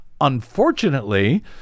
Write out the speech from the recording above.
Unfortunately